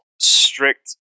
strict